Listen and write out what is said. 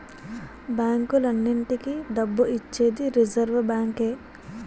బ్యాంకులన్నింటికీ డబ్బు ఇచ్చేది రిజర్వ్ బ్యాంకే